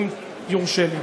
אם יורשה לי.